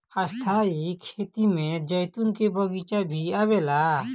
स्थाई खेती में जैतून के बगीचा भी आवेला